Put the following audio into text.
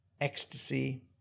ecstasy